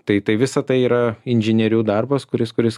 tai tai visa tai yra inžinierių darbas kuris kuris